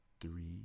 three